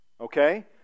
Okay